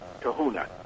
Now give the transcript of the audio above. kahuna